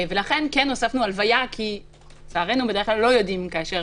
לכן כן הוספנו הלוויה, כי לצערנו לא יודעים לפני.